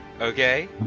Okay